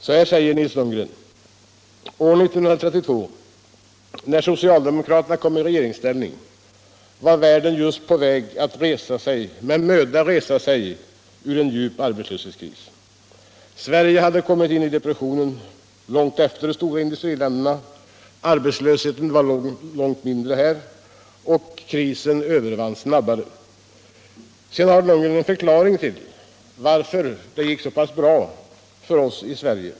Så här säger han: ”År 1932, när socialdemokraterna kom i regeringsställning, var världen just på väg att med möda resa sig ur en djup arbetslöshetskris. Sverige hade kommit in i depressionen långt efter de stora industriländerna; arbetslösheten blev långt mindre omfattande här och krisen övervanns snabbare.” Sedan har Lundgren en förklaring varför vi lyckades så bra.